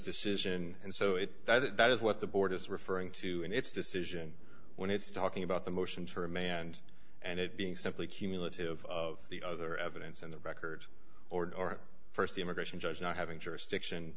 decision and so it that is what the board is referring to in its decision when it's talking about the motions for a manned and it being simply cumulative of the other evidence and the record or st the immigration judge not having jurisdiction